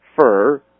fur